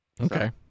okay